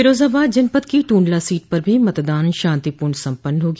फिरोजाबाद जनपद की टूंडला सीट पर भी मतदान शांतिपूर्ण सम्पन्न हो गया